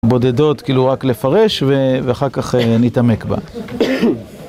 בודדות כאילו רק לפרש ואחר כך נתעמק בה.